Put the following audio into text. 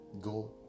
go